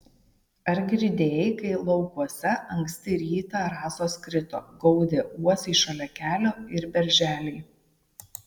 ar girdėjai kai laukuose anksti rytą rasos krito gaudė uosiai šalia kelio ir berželiai